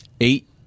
Eight